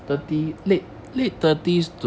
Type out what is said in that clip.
forty